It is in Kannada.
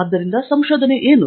ಆದ್ದರಿಂದ ಸಂಶೋಧನೆ ಏನು